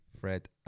Fred